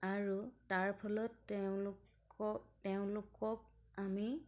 আৰু তাৰ ফলত তেওঁলোক তেওঁলোকক আমি